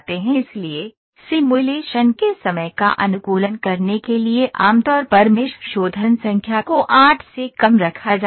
इसलिए सिमुलेशन के समय का अनुकूलन करने के लिए आमतौर पर मेष शोधन संख्या को 8 से कम रखा जाता है